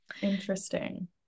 Interesting